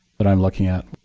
but i'm looking at,